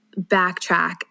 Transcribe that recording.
backtrack